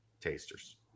Tasters